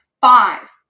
Five